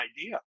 idea